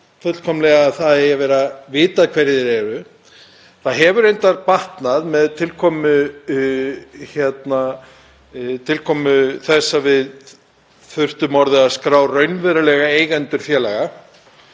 fullkomlega að það eigi að vera vitað hverjir þeir eru. Það hefur reyndar batnað með tilkomu þess að við þurftum orðið að skrá raunverulega eigendur félaga,